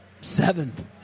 Seventh